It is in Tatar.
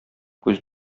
күз